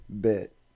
bit